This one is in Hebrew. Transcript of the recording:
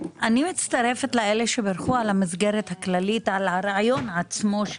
אני מצטרפת לאלה שבירכו על המסגרת הכללית; על הרעיון עצמו,